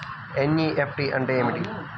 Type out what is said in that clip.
NEFT అంటే ఏమిటీ?